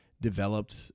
developed